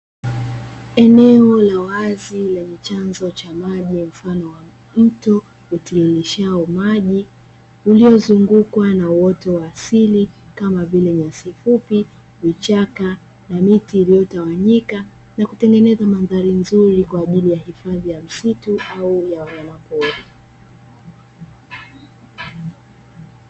Eneo la wazi lenye chanzo cha maji mfano wa mto utiririshao maji, uliozungukwa na uoto wa asili kama vile: nyasi fupi, vichaka na miti iliyotawanyika na kutengeneza mandhari nzuri kwa ajili ya hifadhi ya msitu au ya wanyama pori.